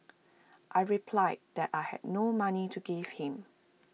I replied that I had no money to give him